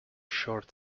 short